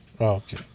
okay